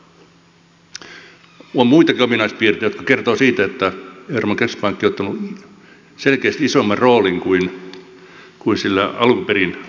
on muitakin ominaispiirteitä jotka kertovat siitä että euroopan keskuspankki on ottanut selkeästi isomman roolin kuin sillä alun perin oli perussopimuksessa